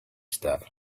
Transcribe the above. stuff